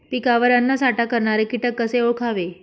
पिकावर अन्नसाठा करणारे किटक कसे ओळखावे?